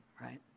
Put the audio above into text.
right